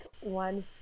one